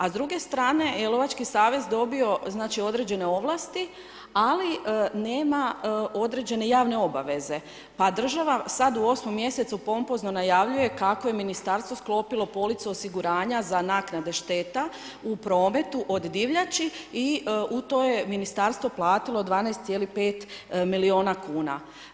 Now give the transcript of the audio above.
A s druge strane je Lovački savez dobio određene ovlasti, ali nema određene javne obaveze, pa država sad u 8. mjesecu sad pompozno najavljuje kako je ministarstvo sklopilo policu osiguranja za naknade šteta u prometu od divljači, i u to je ministarstvo platilo 12.5 miliona kuna.